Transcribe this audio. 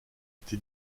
été